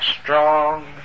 strong